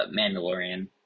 Mandalorian